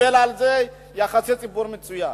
קיבל על זה יחסי ציבור מצוינים,